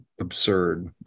absurd